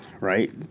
right